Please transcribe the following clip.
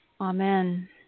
amen